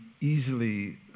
easily